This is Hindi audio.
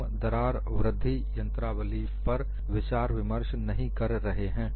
हम दरार वृद्धि यंत्रावली पर विचार विमर्श नहीं कर रहे हैं